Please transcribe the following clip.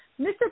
Mr